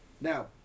Now